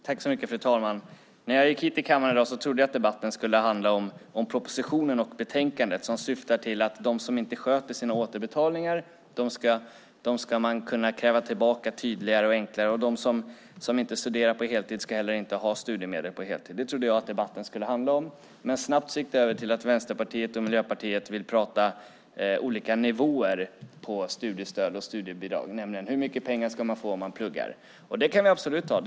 Fru talman! När jag gick hit till kammaren i dag trodde jag att debatten skulle handla om propositionen och betänkandet, som syftar till att av dem som inte sköter sina återbetalningar ska pengarna kunna krävas tillbaka tydligare och enklare och att de som inte studerar på heltid inte heller ska ha studiemedel på heltid. Det trodde jag att debatten skulle handla om. Men snabbt gick det över till att Vänsterpartiet och Miljöpartiet ville prata olika nivåer på studiestöd och studiebidrag, nämligen hur mycket pengar man ska få om man pluggar. Och det kan vi absolut göra.